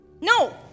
No